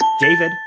David